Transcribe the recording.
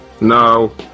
No